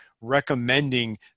recommending